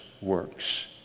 works